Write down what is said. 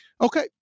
Okay